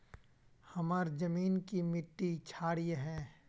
हमार जमीन की मिट्टी क्षारीय है?